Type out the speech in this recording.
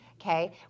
okay